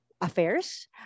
Affairs